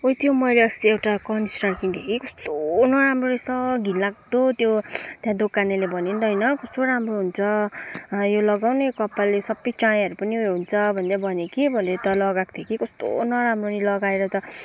ओइ त्यो मैले अस्ति एउटा कन्डिसनर किनेको थिएँ कि कस्तो नराम्रो रहेछ घिनलाग्दो त्यो त्यहाँ दोकानेले भन्योन त होइन कस्तो राम्रो हुन्छ यो लगाऊ न यो कपालले सबै चाँयाहरू पनि उयो हुन्छ भन्दै भन्यो कि मैले त लगाको थिएँ कि कस्तो नराम्रो नि लगाएर त